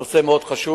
וזה נושא מאוד חשוב.